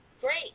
Great